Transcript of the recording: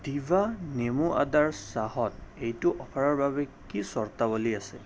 ডিভা নেমু আদাৰ চাহত এইটো অ'ফাৰৰ বাবে কি চৰ্তাৱলী আছে